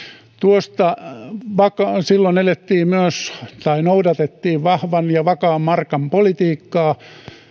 kriisiin silloin noudatettiin myös vahvan ja vakaan markan politiikkaa